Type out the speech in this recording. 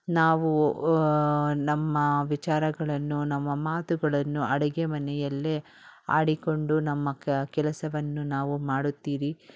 ನಾವು ನಮ್ಮ ವಿಚಾರಗಳನ್ನು ನಮ್ಮ ಮಾತುಗಳನ್ನು ಅಡುಗೆ ಮನೆಯಲ್ಲೇ ಆಡಿಕೊಂಡು ನಮ್ಮ ಕೆಲಸವನ್ನು ನಾವು ಮಾಡುತ್ತೀರಿ